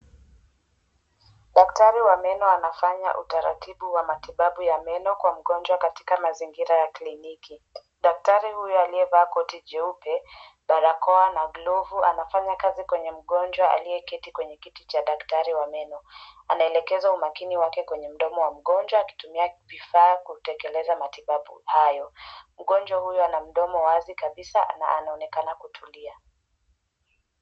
Daktari wa meno anafanya utaratibu wa matibabu ya meno kwa mgonjwa katika mazingira ya kliniki. Daktari huyo aliyevaa koti jeupe, barakoa na glovu anafanya kazi kwenye mgonjwa aliyeketi kwenye kiti cha daktari wa meno. Anaelekeza umakini wake kwenye mdomo wa mgonjwa akitumia vifaa kutekeleza matibabu hayo. Mgonjwa huyo ana mdomo wazi kabisa na anaonekana kutulia.